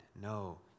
No